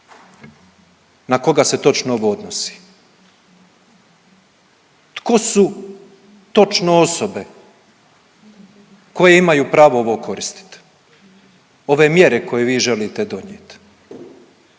Na koga se točno ovo odnosi? Tko su točno osobe koje imaju pravo ovo koristiti ove mjere koje vi želite donijeti?